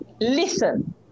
listen